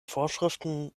vorschriften